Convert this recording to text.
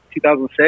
2006